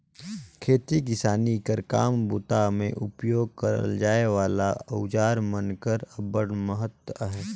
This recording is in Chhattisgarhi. खेती किसानी कर काम बूता मे उपियोग करल जाए वाला अउजार मन कर अब्बड़ महत अहे